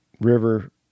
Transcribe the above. River